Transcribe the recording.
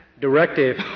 directive